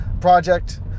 project